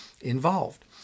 involved